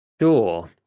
Sure